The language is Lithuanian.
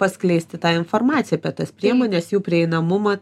paskleisti tą informaciją apie tas priemones jų prieinamumą